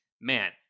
man